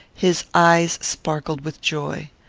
his eyes sparkled with joy.